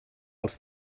els